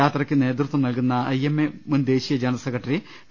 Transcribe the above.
യാത്രയ്ക്ക് നേതൃത്വം നൽകുന്ന ഐ എം എ മുൻ ദേശീയ ജനറൽ സെക്രട്ടറി ഡോ